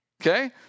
Okay